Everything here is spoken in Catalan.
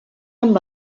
amb